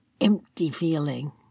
empty-feeling